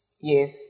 Yes